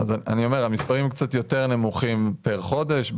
אז אני אומר המספרים הם קצת יותר נמוכים פר חודש.